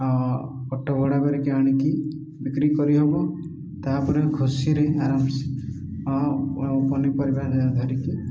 auto ଭଡ଼ା କରିକି ଆଣିକି ବିକ୍ରି କରିହବ ତାପରେ ଘଷିରେ ଆରାମସେ ପନିପରିବା ଧରିକି